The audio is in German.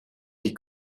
die